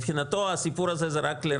מבחינתו, הסיפור הזה זה רק לרעה.